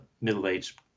middle-aged